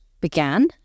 began